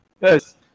Yes